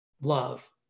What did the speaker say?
love